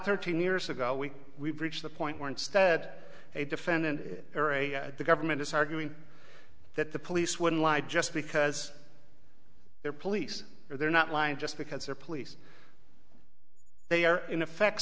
thirteen years ago we we've reached the point where instead a defendant or a the government is arguing that the police wouldn't lie just because they're police or they're not lying just because they're police they are in effect